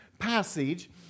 passage